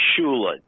Shula